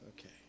Okay